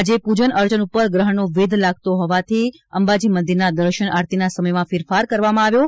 આજે પુજા અર્ચન ઉપર ગ્રહણનો વેધ લાગતો હોવાથી અંબાજી મંદિર નાં દર્શન આરતી નાં સમય માં ફેરફાર કરવામાં આવ્યો છે